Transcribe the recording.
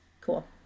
Cool